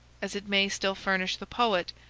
as it may still furnish the poet,